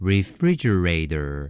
Refrigerator